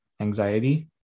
anxiety